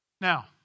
Now